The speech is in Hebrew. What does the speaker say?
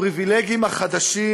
הפריבילגים החדשים,